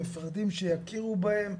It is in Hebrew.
הם מפחדים שיכירו בהם,